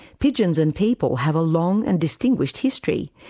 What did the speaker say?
pigeons and people have a long and distinguished history.